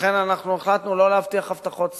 ולכן אנחנו החלטנו לא להבטיח הבטחות סרק.